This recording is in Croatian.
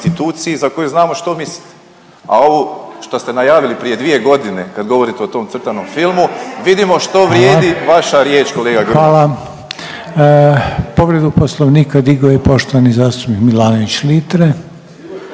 instituciji za koju znamo što mislite. A ovu što ste najavili prije dvije godine kad govorite o tom crtanom filmu vidimo što …/Upadica Reiner: Hvala./… vrijedi vaša riječ kolega Grmoja. **Reiner, Željko (HDZ)** Hvala. Povredu poslovnika digo je poštovani zastupnik Milanović Litre.